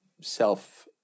self